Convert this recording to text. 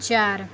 चार